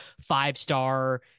five-star